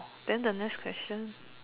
then the next question